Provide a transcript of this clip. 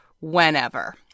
whenever